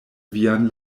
vian